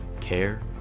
care